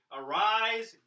arise